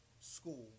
school